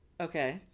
Okay